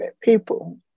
people